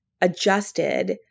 adjusted